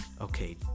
okay